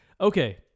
Okay